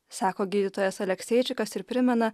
sako gydytojas alekseičikas ir primena